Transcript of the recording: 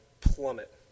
plummet